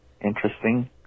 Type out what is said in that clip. interesting